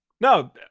No